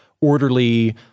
orderly